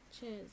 cheers